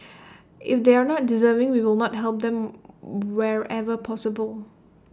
if they are not deserving we will not help them wherever possible